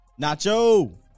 Nacho